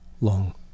long